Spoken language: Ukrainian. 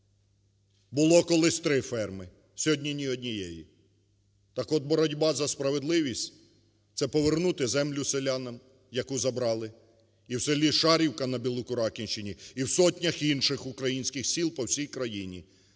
було колись три ферми. Сьогодні ні однієї. Так от боротьба за справедливість – це повернути землю селянам, яку забрали. І в селі Шарівка на Білокуракинщині, і в сотнях інших українських сіл по всій країні,